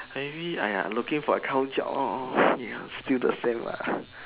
maybe !aiya! looking for account job orh orh ya still the same lah